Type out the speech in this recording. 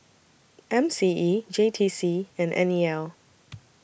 M C E J T C and N E L